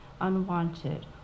unwanted